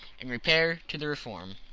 and repair to the reform.